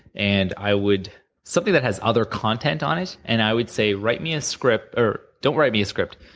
and i would something that has other content on it, and i would say write me a script, or don't write me a script.